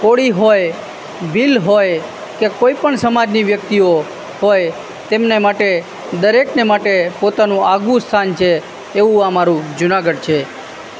કોળી હોય ભીલ હોય કે કોઈ પણ સમાજની વ્યક્તિઓ હોય તેમને માટે દરેકને માટે પોતાનું આગવું સ્થાન છે એવું આ મારું જુનાગઢ છે